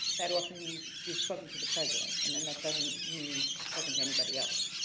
that often means you've spoken to the president, i mean, that doesn't mean open to anybody else.